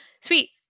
Sweet